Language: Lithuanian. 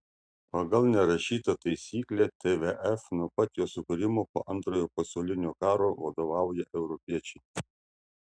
pagal nerašytą taisyklę tvf nuo pat jo sukūrimo po antrojo pasaulinio karo vadovauja europiečiai